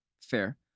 fair